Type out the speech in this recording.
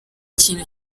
kintu